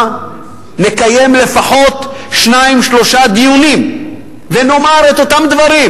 נקיים לפחות שניים-שלושה דיונים ונאמר את אותם דברים,